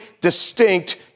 distinct